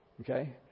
Okay